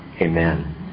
Amen